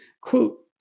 Quote